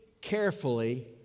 carefully